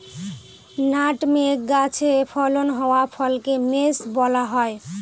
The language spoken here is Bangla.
নাটমেগ গাছে ফলন হওয়া ফলকে মেস বলা হয়